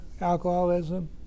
alcoholism